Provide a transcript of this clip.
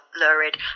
lurid